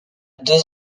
deux